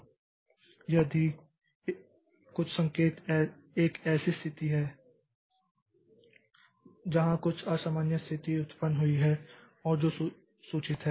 इसलिए यदि कुछ संकेत एक ऐसी स्थिति है जहां कुछ असामान्य स्थिति उत्पन्न हुई है और जो सूचित है